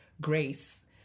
grace